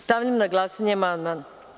Stavljam na glasanje amandman.